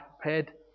prepared